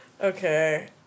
Okay